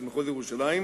של מחוז ירושלים,